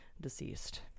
deceased